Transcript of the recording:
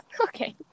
Okay